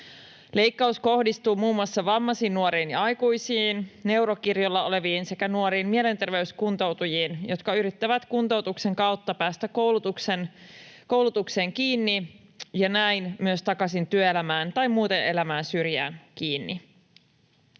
Leikkaus kohdistuu muun muassa vammaisiin nuoriin ja aikuisiin, neurokirjolla oleviin sekä nuoriin mielenterveyskuntoutujiin, jotka yrittävät kuntoutuksen kautta päästä koulutukseen kiinni ja näin myös takaisin työelämään tai muuten elämän syrjään kiinni.